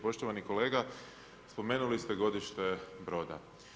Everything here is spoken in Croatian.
Poštovani kolega, spomenuli ste godište broda.